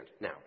Now